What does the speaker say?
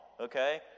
Okay